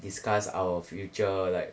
discuss our future like